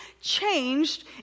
changed